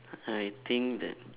I think that